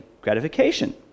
gratification